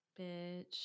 Bitch